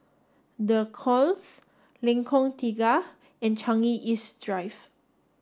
The Knolls Lengkong Tiga and Changi East Drive